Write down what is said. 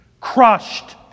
crushed